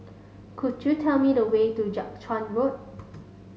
could you tell me the way to Jiak Chuan Road